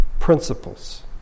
principles